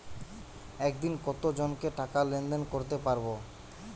একদিন কত জনকে টাকা লেনদেন করতে পারবো?